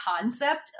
concept